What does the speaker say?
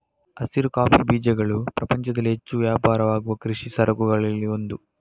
ಹಸಿರು ಕಾಫಿ ಬೀಜಗಳು ಪ್ರಪಂಚದಲ್ಲಿ ಹೆಚ್ಚು ವ್ಯಾಪಾರವಾಗುವ ಕೃಷಿ ಸರಕುಗಳಲ್ಲಿ ಒಂದು